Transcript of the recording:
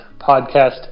podcast